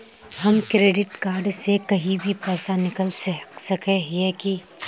हम credit card से कहीं भी पैसा निकल सके हिये की?